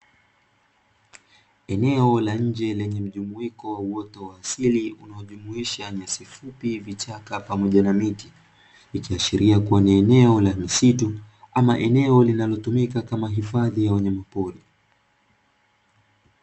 Eneo la nje lenye mjumuiko wa uoto wa asili linalojumuisha nyasi fupi, vichaka pamoja na miti ikiashiria kuwa ni eneo la misitu ama eneo linalotumika kama hifadhi ya wanyama pori.